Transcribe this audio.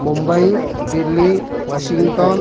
Mumbai Delhi Washington